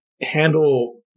handle